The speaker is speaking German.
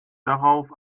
darauf